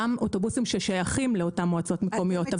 אותם אוטובוסים ששייכים לאותם מועצות מקומיות.